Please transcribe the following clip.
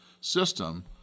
system